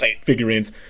figurines